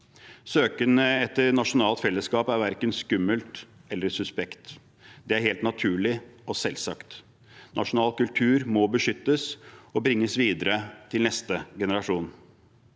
Søken etter nasjonalt fellesskap er verken skummelt eller suspekt. Det er helt naturlig og selvsagt. Nasjonal kultur må beskyttes og bringes videre til neste generasjon.